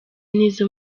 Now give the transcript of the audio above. n’izo